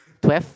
twelve